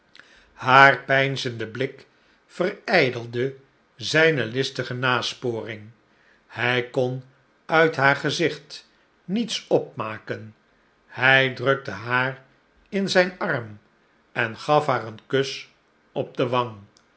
haar peinzenden blik verijdelde zijne listige nasporing hij kon uit haar gezicht niets opmaken hij drukte haar in zijn arm en gaf haar een kus op de wang